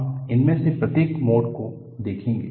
हम इनमें से प्रत्येक मोड को देखेंगे